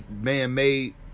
man-made